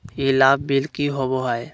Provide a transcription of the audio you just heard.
ई लाभ बिल की होबो हैं?